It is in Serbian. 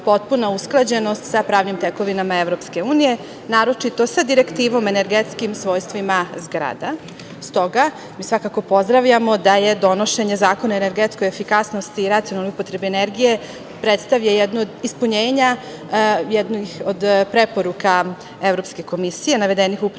potpuna usklađenost sa pravnim tekovinama EU, naročito sa direktivom energetskim svojstvima zgrada, s toga svakako pozdravljamo da je donošenje zakona o energetskoj efikasnosti i racionalne upotrebe energije predstavlja jednu od ispunjenja, jednih od preporuka Evropske komisije navedenih upravo